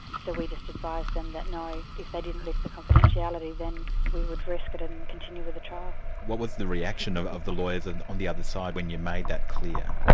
so we just advised them that no, if they didn't lift the confidentiality, then we would risk it and continue with the trial. what was the reaction of of the lawyers and on the other side when you made that clear?